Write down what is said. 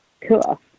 Cool